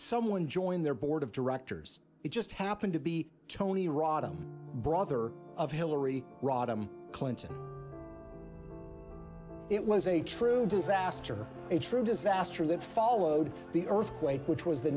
someone join their board of directors it just happened to be tony rodham brother of hillary rodham clinton it was a true disaster a true disaster that followed the earthquake which was the